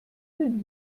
denn